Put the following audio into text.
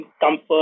comfort